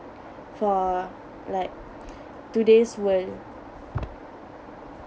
for like today's world